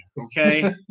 Okay